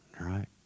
right